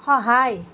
সহায়